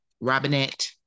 Robinette